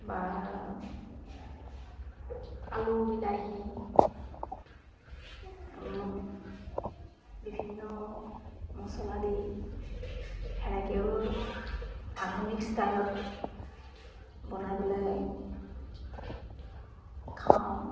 বা আলু বিলাহী বিভিন্ন মচলা দি হেনেকৈও আধুনিক ষ্টাইলত বনাই পেলাই খাওঁ